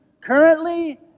currently